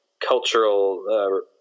cultural